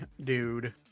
dude